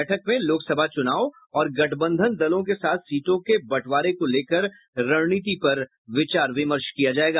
बैठक में लोकसभा चुनाव और गठबंधन दलों के साथ सीटों के बंटवारे को लेकर रणनीति पर विचार विमर्श किया जायेगा